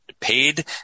paid